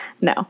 No